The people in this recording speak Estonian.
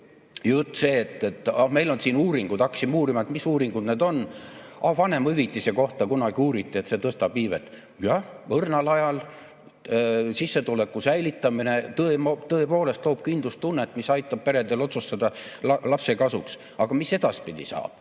sellest, et meil on siin uuringud. Hakkasime uurima, mis uuringud need on. Ah, vanemahüvitise kohta kunagi uuriti, et see tõstab iivet. Jah, õrnal ajal sissetuleku säilitamine tõepoolest loob kindlustunnet, mis aitab peredel otsustada lapse kasuks. Aga mis edaspidi saab?